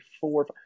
four